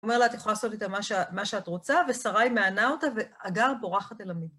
הוא אומר לה, את יכולה לעשות איתה מה שאת רוצה, ושריי מענה אותה והגר בורחת אל המ...